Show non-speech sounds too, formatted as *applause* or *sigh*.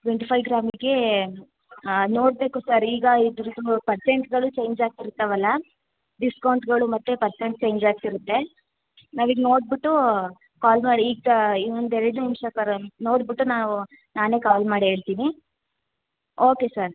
twenty five ಗ್ರಾಮಿಗೇ ನೋಡ್ಬೇಕು sir ಈಗ ಇದ್ರದು ಪರ್ಸೆಂಟ್ಗಳು ಚೇಂಜ್ ಆಗ್ತಿರ್ತವಲ್ಲ ಡಿಸ್ಕೌಂಟ್ಗಳು ಮತ್ತು ಪರ್ಸೆಂಟ್ ಚೇಂಜ್ ಆಗ್ತಿರುತ್ತೆ ನಾವೀಗ ನೋಡ್ಬಿಟ್ಟೂ ಕಾಲ್ ಮಾಡಿ *unintelligible* ಇನ್ನೊಂದು ಎರಡು ನಿಮಿಷ ಸರ್ ನೋಡ್ಬಿಟ್ಟು ನಾವೂ ನಾನೇ ಕಾಲ್ ಮಾಡಿ ಹೇಳ್ತೀನಿ ಓಕೆ ಸರ್